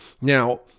Now